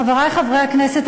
חברי חברי הכנסת,